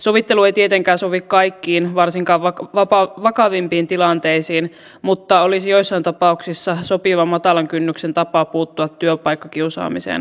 sovittelu ei tietenkään sovi kaikkiin varsinkaan vakavimpiin tilanteisiin mutta olisi joissain tapauksissa sopiva matalan kynnyksen tapa puuttua työpaikkakiusaamiseen